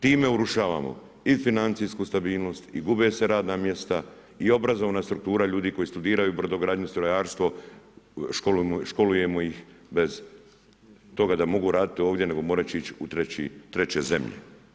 Time urušavamo i financijsku stabilnost i gube se radna mjesta i obrazovna struktura koji studiraju brodogradnju, strojarstvo, školujemo ih bez toga da mogu raditi ovdje nego morat će ići u treće zemlje.